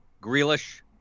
Grealish